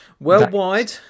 Worldwide